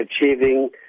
achieving